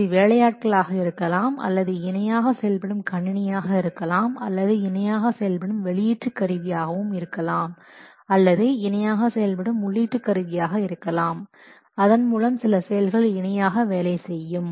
அது வேலையாட்களாக இருக்கலாம் அல்லது இணையாக செயல்படும் கணினியாக இருக்கலாம் அல்லது இணையாக செயல்படும் வெளியீட்டு கருவியாக இருக்கலாம் அல்லது இணையாக செயல்படும் உள்ளீட்டு கருவியாக இருக்கலாம் அதன்மூலம் சில செயல்கள் இணையாக வேலை செய்யும்